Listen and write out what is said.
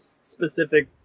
specific